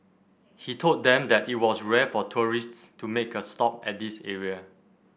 he told them that it was rare for tourists to make a stop at this area